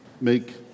make